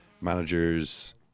managers